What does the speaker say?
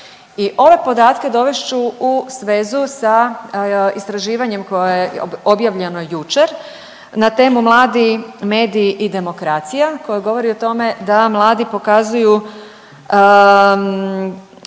ove podatke dovest ću u svezu sa istraživanjem koje je objavljeno jučer na temu mladi, mediji i demokracija koje govori o tome da mladi pokazuju